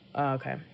okay